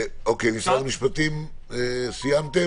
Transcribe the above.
משרד המשפטים, סיימתם?